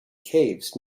caves